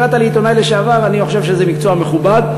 קראת לי עיתונאי לשעבר, אני חושב שזה מקצוע מכובד.